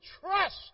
trust